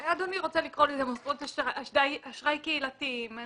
אדוני רוצה לקרוא לזה מוסדות אשראי קהילתיים,